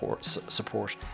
support